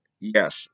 yes